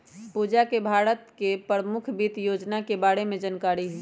पूजा के भारत के परमुख वित योजना के बारे में जानकारी हई